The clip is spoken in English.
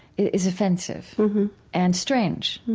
is offensive and strange,